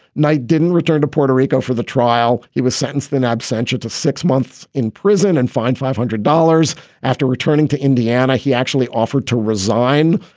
knight didn't return to puerto rico for the trial. he was sentenced in absentia to six months in prison and fined five hundred dollars after returning to indiana. he actually offered to resign.